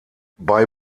bei